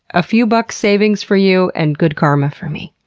a few bucks savings for you, and good karma for me.